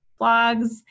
blogs